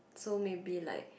so maybe like